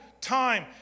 time